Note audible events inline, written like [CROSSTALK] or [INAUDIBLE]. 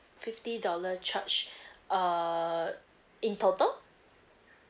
fifty dollar charge [BREATH] err in total